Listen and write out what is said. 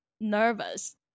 nervous